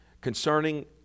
Concerning